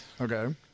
Okay